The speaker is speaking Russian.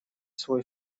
свой